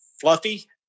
Fluffy